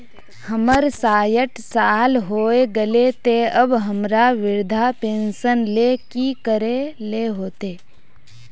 हमर सायट साल होय गले ते अब हमरा वृद्धा पेंशन ले की करे ले होते?